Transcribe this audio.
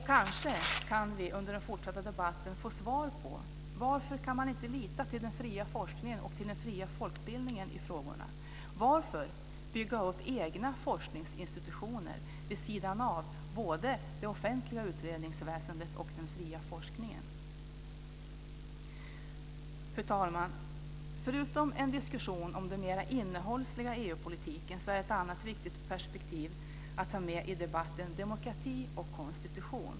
Kanske kan vi under den fortsatta debatten få svar på varför man inte kan lita till den fria forskningen och den fria folkbildningen i frågorna. Varför bygga upp egna forskningsinstitutioner vid sidan av det offentliga utredningsväsendet och den fria forskningen? Fru talman! Förutom en diskussion om den mer innehållsliga EU-politiken så är ett annat viktigt perspektiv att ta med i debatten demokrati och konstitution.